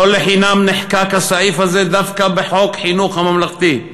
לא לחינם נחקק הסעיף הזה דווקא בחוק החינוך הממלכתי.